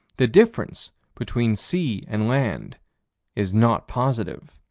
the difference between sea and land is not positive.